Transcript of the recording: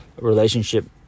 relationship